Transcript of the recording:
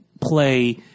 play